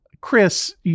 Chris